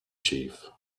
chief